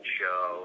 show